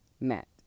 met